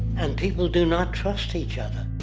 and people do not trust each other.